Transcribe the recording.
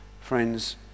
Friends